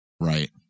Right